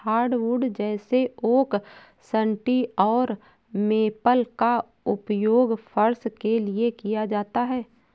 hardwood जैसे oak सन्टी और मेपल का उपयोग फर्श के लिए किया जाता है